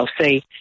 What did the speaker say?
say